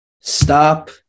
Stop